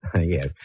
Yes